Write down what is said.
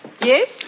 Yes